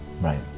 Right